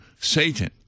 Satan